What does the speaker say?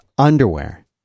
Underwear